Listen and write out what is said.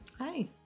Hi